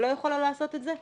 לא יכולה לעשות את זה.